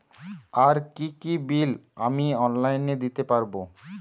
আর কি কি বিল আমি অনলাইনে দিতে পারবো?